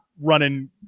running